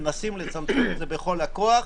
אנחנו מנסים לצמצם את זה בכול הכוח.